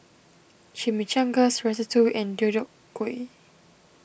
Chimichangas Ratatouille and Deodeok Gui